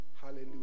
Hallelujah